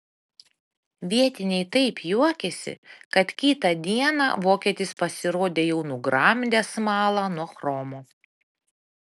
vietiniai taip juokėsi kad kitą dieną vokietis pasirodė jau nugramdęs smalą nuo chromo